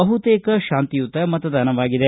ಬಹುತೇಕ ಶಾಂತಿಯುತ ಮತದಾನವಾಗಿದೆ